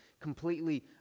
completely